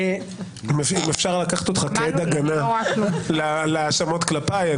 אם אפשר לקחת אותך לעד הגנה להאשמות כלפיי,